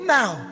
now